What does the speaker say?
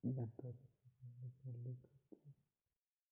Bank खात्यात mobile number link कसो करायचो?